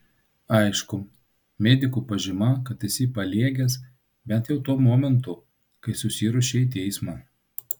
aišku medikų pažyma kad esi paliegęs bent jau tuo momentu kai susiruošei į teismą